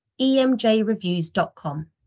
emjreviews.com